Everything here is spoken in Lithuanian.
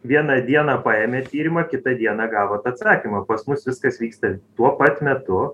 vieną dieną paėmė tyrimą kitą dieną gavot atsakymą pas mus viskas vyksta tuo pat metu